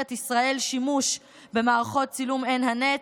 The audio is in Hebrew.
ישראל שימוש במערכת צילום עין הנץ.